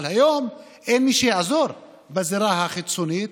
אבל היום אין מי שיעזור בזירה החיצונית,